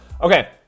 Okay